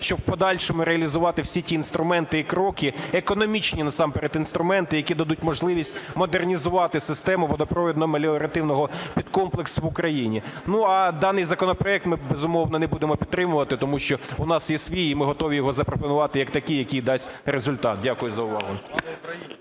щоб в подальшому реалізувати всі ті інструменти і кроки, економічні насамперед інструменти, які дадуть можливість модернізувати систему водопровідно-меліоративного підкомплексу в Україні. А даний законопроект ми, безумовно, не будемо підтримувати, тому що в нас є свій, і ми готові його запропонувати як такий, який дасть результат. Дякую за увагу.